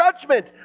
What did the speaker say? judgment